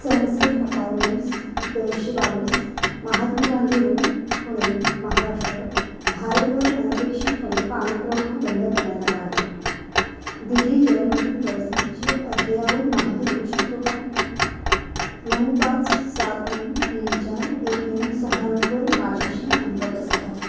sunset apartments दोनशे बावीस Mahatma Gandhi road Pune Maharashtra भारतवर अनपेक्षितपणे पाणीपुरवठा बंद करण्यात आला आहे दिल्ली जलमंडल परिस्थितीची अद्ययावत माहिती देऊ शकतो का नऊ पाच सात नऊ तीन चार एक नऊ सहा नऊवर माझ्याशी संपर्क साधा